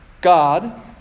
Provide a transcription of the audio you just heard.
God